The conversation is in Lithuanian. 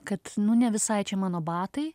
kad ne visai čia mano batai